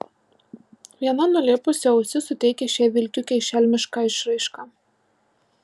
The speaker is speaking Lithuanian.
viena nulėpusi ausis suteikia šiai vilkiukei šelmišką išraišką